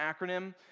acronym